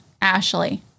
Ashley